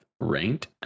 ranked